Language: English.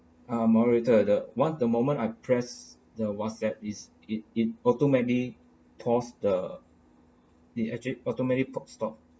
ah moderator the once the moment I press the whatsapp is it it automatically paused the it actually automatic pop stop